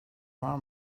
var